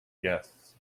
guests